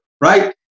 right